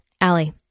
Allie